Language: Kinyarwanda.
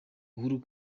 uhuru